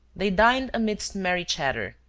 they dined amidst merry chatter.